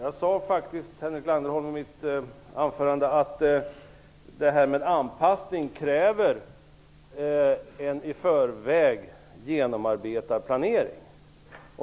Herr talman! Jag sade faktiskt i mitt anförande, Henrik Landerholm, att anpassning kräver en i förväg genomarbetad planering.